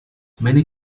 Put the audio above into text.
many